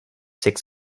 six